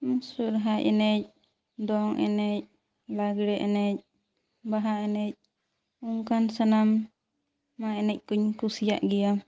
ᱥᱚᱨᱦᱟᱭ ᱮᱱᱮᱡ ᱫᱚᱝ ᱮᱱᱮᱡ ᱞᱟᱜᱽᱲᱮ ᱮᱱᱮᱡ ᱵᱟᱦᱟ ᱮᱱᱮᱡ ᱚᱱᱠᱟᱱ ᱥᱟᱱᱟᱢᱟᱜ ᱮᱱᱮᱡ ᱠᱚᱧ ᱠᱩᱥᱤᱭᱟᱜ ᱜᱮᱭᱟ